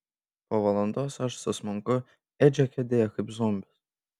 po valandos aš susmunku edžio kėdėje kaip zombis